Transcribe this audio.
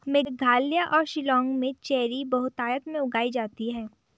मेघालय और शिलांग में चेरी बहुतायत में उगाई जाती है